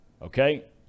Okay